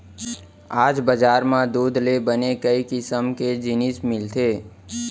आज बजार म दूद ले बने कई किसम के जिनिस मिलथे